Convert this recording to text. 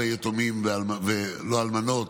לא אלמנות,